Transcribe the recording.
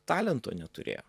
talento neturėjo